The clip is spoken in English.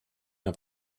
have